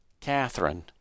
Catherine